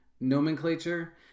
nomenclature